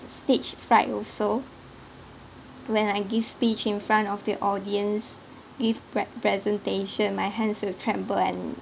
stage fright also when I give speech in front of the audience give prep~ presentation my hands will tremble and